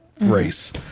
race